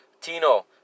Tino